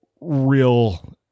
real